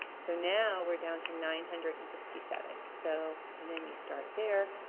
so now we're down to nine hundred and sixty seven so and then you start there